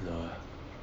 err